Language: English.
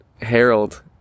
harold